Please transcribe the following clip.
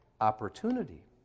opportunity